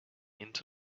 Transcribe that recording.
into